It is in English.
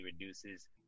reduces